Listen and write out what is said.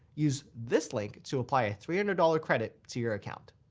use this link to apply a three hundred dollars credit to your account.